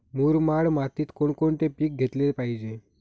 मुरमाड मातीत कोणकोणते पीक घेतले पाहिजे?